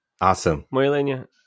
awesome